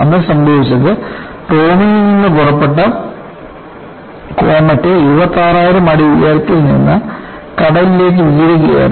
അന്ന് സംഭവിച്ചത് റോമിൽ നിന്ന് പുറപ്പെട്ട കോമറ്റ് 26000 അടി ഉയരത്തിൽ നിന്ന് കടലിലേക്ക് വീഴുകയായിരുന്നു